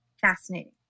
Fascinating